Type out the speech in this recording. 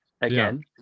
again